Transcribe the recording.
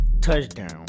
touchdown